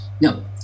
No